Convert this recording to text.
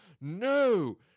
no